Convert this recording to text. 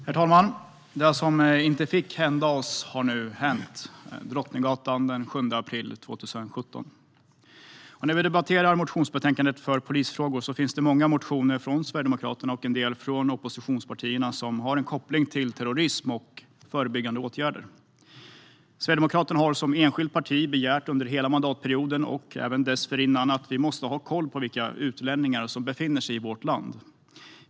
Herr talman! Det som inte fick hända oss har nu hänt: Drottninggatan den 7 april 2017. När vi debatterar motionsbetänkandet om polisfrågor finns det många motioner från Sverigedemokraterna och en del från oppositionspartierna som har en koppling till terrorism och förebyggande åtgärder. Sverigedemokraterna har som enskilt parti under hela mandatperioden, och även dessförinnan, begärt att vi måste ha koll på vilka utlänningar som befinner sig i vårt land.